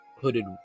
hooded